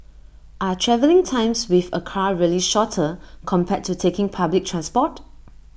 are travelling times with A car really shorter compared to taking public transport